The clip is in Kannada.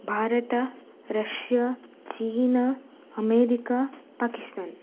Bharat Russia China America Pakistan